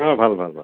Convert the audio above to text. অঁ ভাল ভাল ভাল ভাল